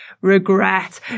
regret